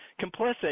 complicit